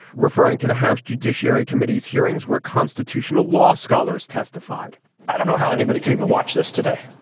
referring to the house judiciary committee's hearings where constitutional law scholars testified i don't know how anybody could even watch this today.